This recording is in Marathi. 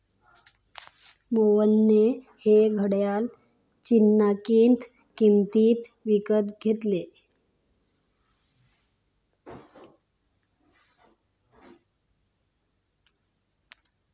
मोहनने हे घड्याळ चिन्हांकित किंमतीत विकत घेतले